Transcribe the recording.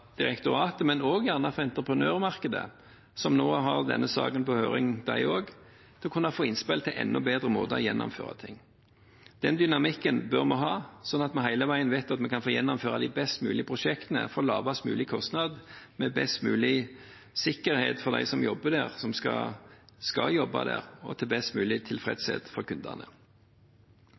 direktoratet, men også av entreprenørmarkedet – som nå har denne saken på høring de også – og kan få innspill til enda bedre måter å gjennomføre ting på. Den dynamikken bør vi ha, sånn at vi hele veien vet at vi kan få gjennomført prosjektene best mulig, til lavest mulig kostnad, med best mulig sikkerhet for dem som skal jobbe der, og til best mulig tilfredshet for kundene.